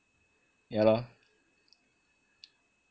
yah lah